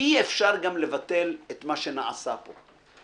שאי אפשר גם לבטל את מה שנעשה פה.